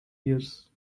years